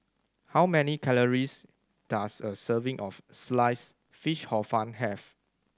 how many calories does a serving of Sliced Fish Hor Fun have